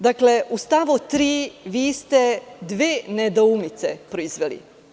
Dakle, u stavu 3. vi ste dve nedoumice proizveli.